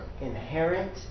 inherent